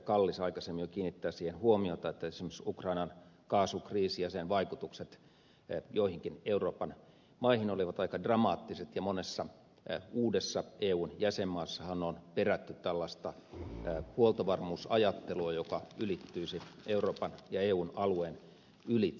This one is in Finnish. kallis aikaisemmin jo kiinnittää siihen huomiota että esimerkiksi ukrainan kaasukriisin vaikutukset joihinkin euroopan maihin olivat aika dramaattiset ja monessa uudessa eun jäsenmaassahan on perätty tällaista huoltovarmuusajattelua joka ylittyisi euroopan ja eun alueen ylitse